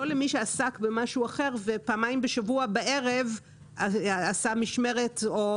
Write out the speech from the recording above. לא למי שעסק במשהו אחר ופעמיים בשבוע בערב עשה משמרת או